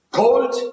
cold